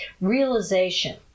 realization